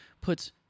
puts